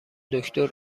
دکتر